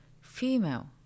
Female